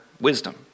wisdom